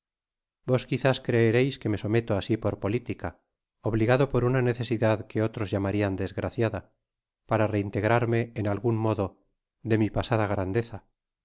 vos quizás creereis que me someto asi por politica obligado por una necesidad que otros llamarian desgraciada para reintegrarme en algun modo de mi pasada grandeza no